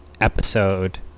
episode